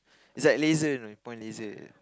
is like laser you know you point laser